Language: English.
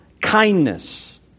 kindness